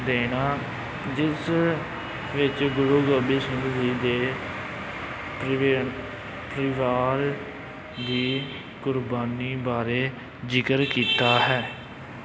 ਦੇਣਾ ਜਿਸ ਵਿੱਚ ਗੁਰੂ ਗੋਬਿੰਦ ਸਿੰਘ ਜੀ ਦੇ ਪਰਿਵਾਰ ਦੀ ਕੁਰਬਾਨੀ ਬਾਰੇ ਜ਼ਿਕਰ ਕੀਤਾ ਹੈ